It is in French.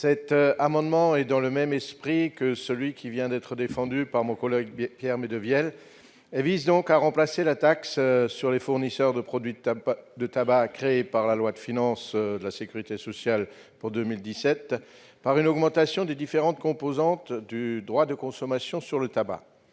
cet amendement, dans le même esprit que celui qui vient d'être défendu par mon collègue Pierre Médevielle, vise à remplacer la taxe sur les fournisseurs de produits de tabac, créée par la loi de financement de la sécurité sociale pour 2017, par une augmentation des différentes composantes du droit de consommation sur le tabac.